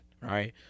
right